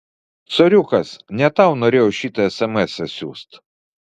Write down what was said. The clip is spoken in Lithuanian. soriukas ne tau norėjau šitą esemesą siųst